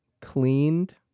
cleaned